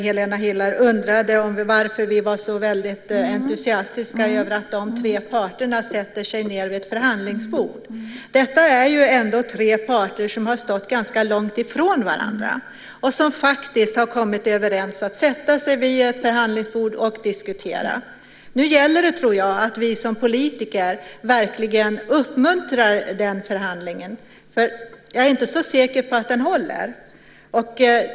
Helena Hillar Rosenqvist undrade varför vi var så väldigt entusiastiska över att dessa tre parter sätter sig ned vid ett förhandlingsbord. Detta är ändå tre parter som har stått ganska långt ifrån varandra och som faktiskt har kommit överens om att sätta sig vid ett förhandlingsbord och diskutera. Nu tror jag att det gäller att vi som politiker verkligen uppmuntrar den förhandlingen. Jag är nämligen inte så säker på att den håller.